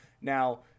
now